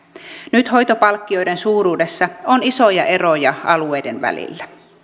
nyt hoitopalkkioiden suuruudessa on isoja eroja alueiden välillä